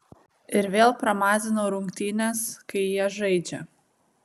ir vėl pramazinau rungtynes kai jie žaidžia